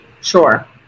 Sure